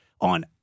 on